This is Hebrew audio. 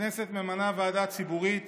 הכנסת ממנה ועדה ציבורית